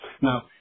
Now